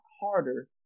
harder